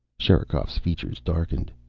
sherikov's features darkened.